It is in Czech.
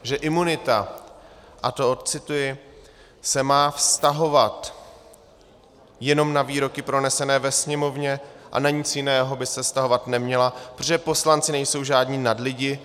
Že imunita a to odcituji se má vztahovat jenom na výroky pronesené ve Sněmovně a na nic jiného by se vztahovat neměla, protože poslanci nejsou žádní nadlidi.